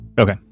okay